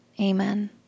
Amen